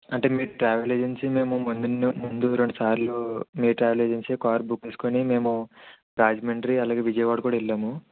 అంటే మీది travel agency మేము ముందును ముందు రెండు సార్లు మీ ట్రావెల్ ఏజెన్సీ కార్ బుక్ చేసుకుని మేము రాజమండ్రి అలాగే విజయవాడ కుడా వెళ్ళాము